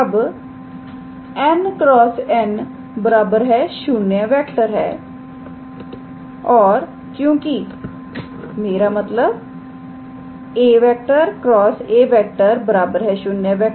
अब 𝑛̂ × 𝑛̂ ⃗0⃗है क्योंकि मेरा मतलब 𝑎⃗ × 𝑎⃗ ⃗0⃗